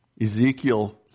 Ezekiel